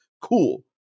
cool